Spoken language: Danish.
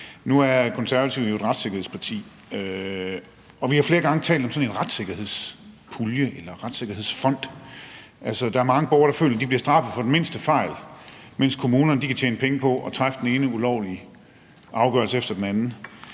Nu er Konservative jo et retssikkerhedsparti, og vi har flere gange talt om sådan en retssikkerhedspulje eller retssikkerhedsfond. Altså, der er mange borgere, der føler, at de bliver straffet for den mindste fejl, mens kommunerne kan tjene penge på at træffe den ene ulovlige afgørelse efter den anden.